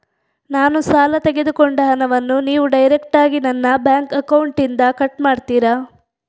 ನಾನು ಸಾಲ ತೆಗೆದುಕೊಂಡ ಹಣವನ್ನು ನೀವು ಡೈರೆಕ್ಟಾಗಿ ನನ್ನ ಬ್ಯಾಂಕ್ ಅಕೌಂಟ್ ಇಂದ ಕಟ್ ಮಾಡ್ತೀರಾ?